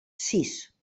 sis